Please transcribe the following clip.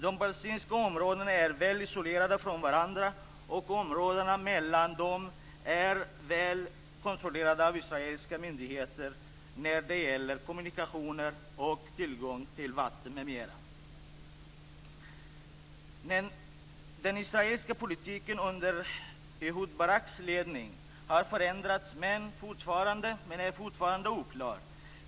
De palestinska områdena är väl isolerade från varandra och områdena mellan dem är väl kontrollerade av israeliska myndigheter när det gäller kommunikationer och tillgång till vatten, m.m. Den israeliska politiken under Ehud Baraks ledning har förändrats men är fortfarande oklar.